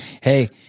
Hey